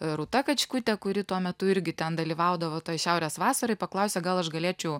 rūta kačkutė kuri tuo metu irgi ten dalyvaudavo toj šiaurės vasaroj paklausė gal aš galėčiau